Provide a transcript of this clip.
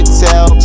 tell